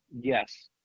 Yes